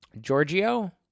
Giorgio